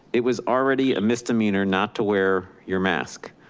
it was already a misdemeanor not to wear your mask.